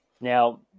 Now